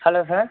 hello sir